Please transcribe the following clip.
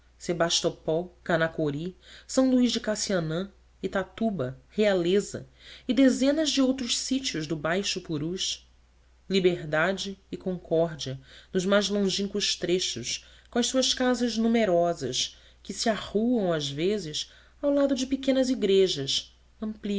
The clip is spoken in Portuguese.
canacori s luís de cassianã itatuba realeza e dezenas de outros sítios do baixo purus liberdade e concórdia nos mais longínquos trechos com as suas casas numerosas que se arruam às vezes ao lado de pequenas igrejas